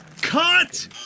Cut